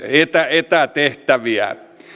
etätehtäviä